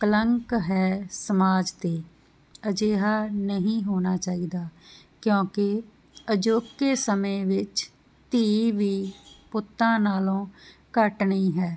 ਕਲੰਕ ਹੈ ਸਮਾਜ ਤੇ ਅਜਿਹਾ ਨਹੀਂ ਹੋਣਾ ਚਾਹੀਦਾ ਕਿਉਂਕਿ ਅਜੋਕੇ ਸਮੇਂ ਵਿੱਚ ਧੀ ਵੀ ਪੁੱਤਾਂ ਨਾਲੋਂ ਘੱਟ ਨਹੀਂ ਹੈ